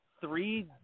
three